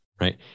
right